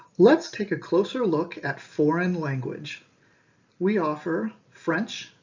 let's take a closer look at foreign language we offer french,